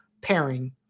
pairing